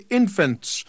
infants